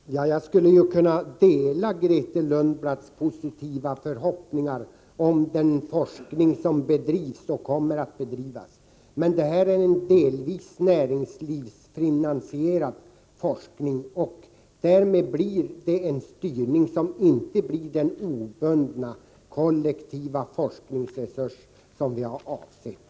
Herr talman! Jag skulle önska att jag kunde dela Grethe Lundblads positiva förhoppning om den forskning som bedrivs och kommer att bedrivas, men det här är en delvis näringsfinansierad forskning, och därmed blir det en styrning som inte medger den obundna, kollektiva forskningsresurs som vi har avsett.